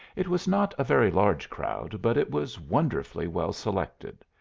it was not a very large crowd, but it was wonderfully well selected.